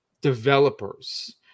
developers